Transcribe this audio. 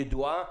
ידועה,